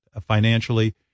financially